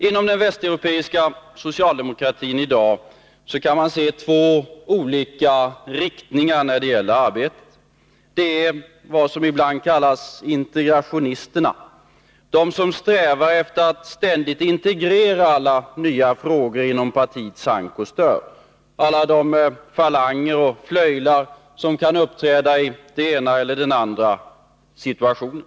Inom den västeuropeiska socialdemokratin kan vi i dag se två olika riktningar när det gäller arbetet: de som i bland kallas integrationisterna och som strävar efter att ständigt med partiet integrera alla nya frågor, alla de falanger och flöjlar som kan uppträda i den ena eller andra situationen.